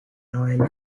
royal